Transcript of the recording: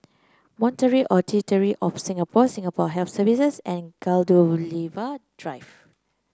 Monetary Authority Of Singapore Singapore Health Services and Gladiola Drive